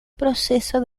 proceso